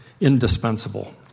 indispensable